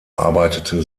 arbeitete